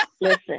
Listen